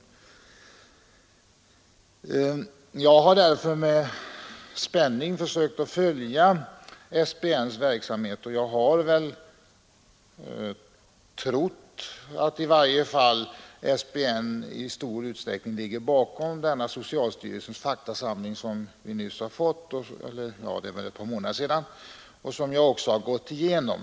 Därför har jag försökt följa SBN:s verksamhet med stor noggrannhet, och jag har trott att det samarbetsorganet i varje fall i stor utsträckning ligger bakom den socialstyrelsens faktasamling som vi fick för ett par månader sedan och som jag har gått igenom.